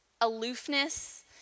aloofness